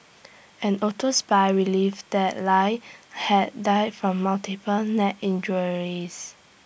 an auto spy relive that lie had died from multiple neck injuries